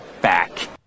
back